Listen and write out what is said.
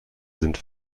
sind